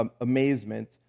amazement